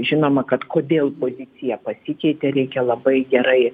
žinoma kad kodėl pozicija pasikeitė reikia labai gerai